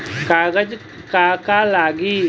कागज का का लागी?